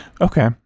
Okay